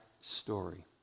story